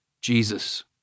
Jesus